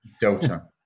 Delta